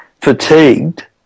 fatigued